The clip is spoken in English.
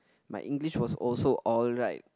my English was also alright